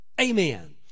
Amen